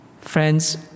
Friends